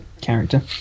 character